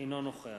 אינו נוכח